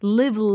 live